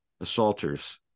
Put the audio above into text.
assaulters